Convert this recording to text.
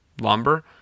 lumber